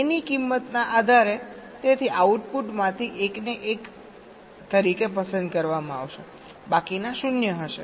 A ની કિંમતના આધારે તેથી આઉટપુટમાંથી એકને એક તરીકે પસંદ કરવામાં આવશે બાકીના શૂન્ય હશે